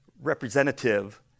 Representative